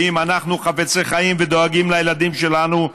ואם אנחנו חפצי חיים ודואגים לילדים שלנו,